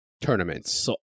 tournaments